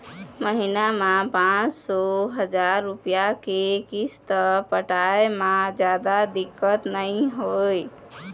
महिना म पाँच सौ, हजार रूपिया के किस्त पटाए म जादा दिक्कत नइ होवय